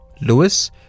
Lewis